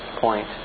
point